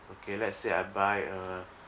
okay let's say I buy a